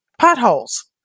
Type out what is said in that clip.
potholes